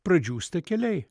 pradžiūsta keliai